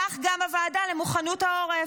וכך גם הוועדה למוכנות העורף.